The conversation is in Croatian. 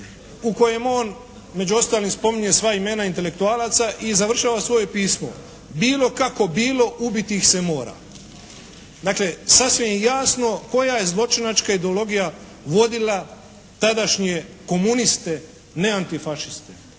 u kojem on među ostalim spominje sva imena intelektualaca i završava svoje pismo, bilo kako bilo ubiti ih se mora. Dakle, sasvim je jasno koja je zločinačka ideologija vodila tadašnje komuniste ne antifašiste,